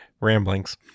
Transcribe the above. ramblings